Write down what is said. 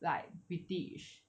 like british